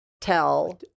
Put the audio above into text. tell